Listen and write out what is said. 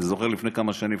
אני זוכר לפני כמה שנים,